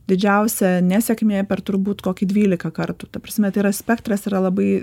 didžiausia nesėkmė per turbūt kokį dvylika kartų ta prasme tai yra spektras yra labai